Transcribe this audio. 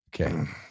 Okay